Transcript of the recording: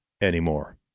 anymore